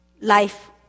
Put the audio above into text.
life